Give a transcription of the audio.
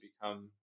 become